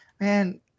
man